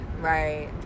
Right